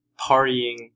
partying